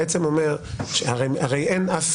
זה בעצם אומר, הרי אין אף